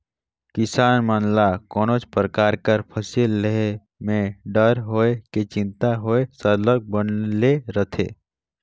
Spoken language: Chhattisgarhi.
किसान मन ल कोनोच परकार कर फसिल लेहे में डर होए कि चिंता होए सरलग बनले रहथे